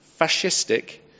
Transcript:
fascistic